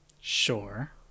sure